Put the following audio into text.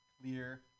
clear